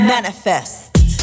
Manifest